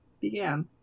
began